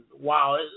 wow